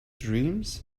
dreams